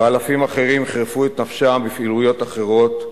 ואלפים אחרים חירפו את נפשם בפעילויות אחרות,